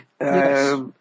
Yes